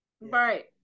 Right